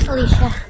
Alicia